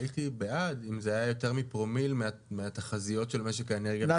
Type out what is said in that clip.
הייתי בעד אם זה היה יותר מפרומיל מהתחזיות של משק האנרגיה המתחדשת.